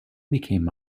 became